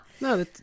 No